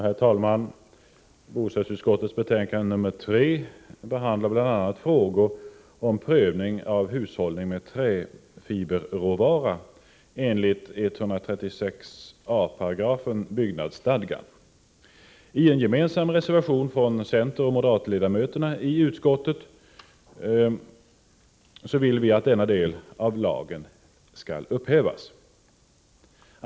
Herr talman! Bostadsutskottets betänkande nr 3 behandlar bl.a. frågan om prövning av hushållning med träfiberråvara enligt 136 a § byggnadslagen. I en gemensam reservation kräver centeroch moderatledamöterna i utskottet att denna del av lagen skall upphävas.